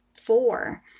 four